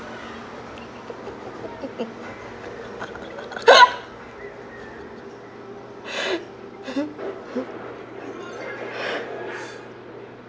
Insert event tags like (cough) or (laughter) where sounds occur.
(laughs) (breath)